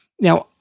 Now